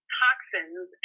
toxins